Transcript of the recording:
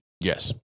yes